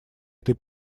этой